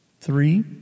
three